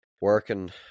working